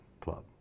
Club